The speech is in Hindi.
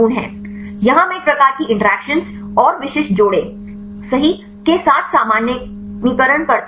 यहां मैं एक प्रकार की इंटरैक्शन और विशिष्ट जोड़े सही के साथ सामान्यीकरण generalize करता हूं